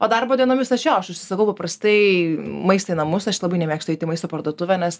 o darbo dienomis aš jo aš užsisakau paprastai maistą į namus aš labai nemėgstu eit į maisto parduotuvę nes